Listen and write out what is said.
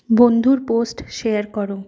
বন্ধুর post share করো